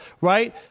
right